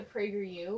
PragerU